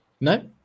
No